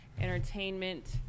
entertainment